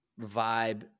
vibe